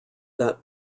that